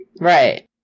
Right